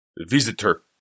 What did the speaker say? Visitor